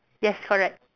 yes correct